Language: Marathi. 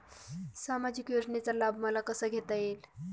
सामाजिक योजनेचा लाभ मला कसा घेता येईल?